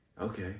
okay